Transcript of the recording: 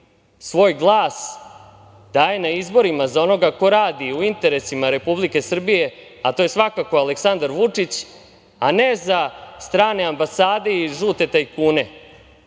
svoj glas daje na izborima za onoga ko radi u interesima Republike Srbije, a to je svakako Aleksandar Vučić, a ne za strane ambasade i žute tajkune.U